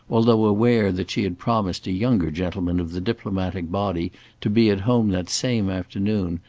although aware that she had promised a younger gentleman of the diplomatic body to be at home that same afternoon,